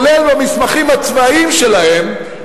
כולל במסמכים הצבאיים שלהם,